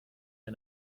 der